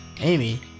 Amy